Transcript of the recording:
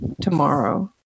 tomorrow